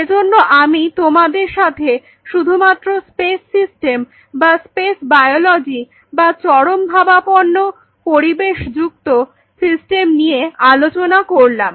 সেজন্য আমি তোমাদের সাথে শুধু মাত্র স্পেস সিস্টেম বা স্পেস বায়োলজি বা চরমভাবাপন্ন পরিবেশযুক্ত সিস্টেম নিয়ে আলোচনা করলাম